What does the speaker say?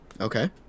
Okay